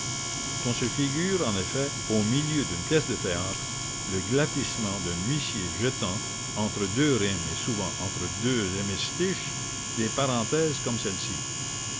qu'on se figure en effet au milieu d'une pièce de théâtre le glapissement d'un huissier jetant entre deux rimes et souvent entre deux hémistiches des parenthèses comme celles-ci